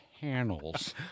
Panels